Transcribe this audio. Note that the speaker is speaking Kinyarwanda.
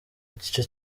gice